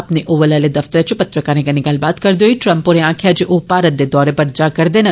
अपने ओवल आह्ले दफ्तरै च पत्रकारें कन्नै गल्लबात करदे होई ट्रम्प होरें आखेआ जे ओह भारत दे दौरे पर जा करदे न